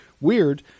weird